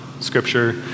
scripture